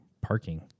parking